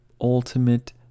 ultimate